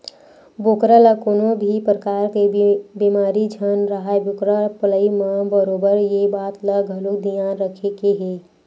बोकरा ल कोनो भी परकार के बेमारी झन राहय बोकरा पलई म बरोबर ये बात ल घलोक धियान रखे के हे